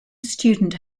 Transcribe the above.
student